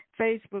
facebook